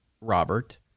Robert